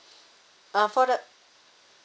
uh for the